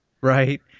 Right